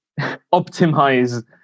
optimize